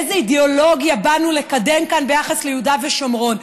איזו אידיאולוגיה באנו לקדם כאן ביחס ליהודה ושומרון.